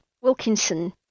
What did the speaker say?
wilkinson